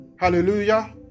Hallelujah